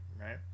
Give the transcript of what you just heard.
right